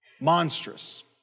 monstrous